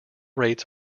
rates